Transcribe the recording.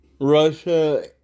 Russia